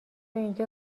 اینجا